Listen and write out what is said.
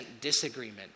disagreement